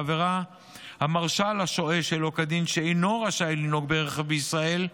בעבירה המרשה לשוהה שלא כדין שאינו רשאי לנהוג ברכב בישראל,